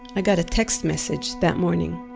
i got a text message that morning.